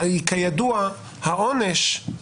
כידוע העונש,